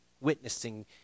witnessing